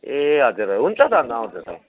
ए हजुर हुन्छ त अनि त आउँदा त